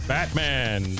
Batman